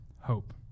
hope